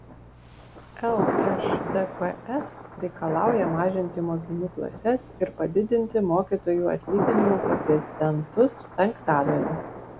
lšdps reikalauja mažinti mokinių klases ir padidinti mokytojų atlyginimų koeficientus penktadaliu